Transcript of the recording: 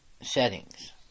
settings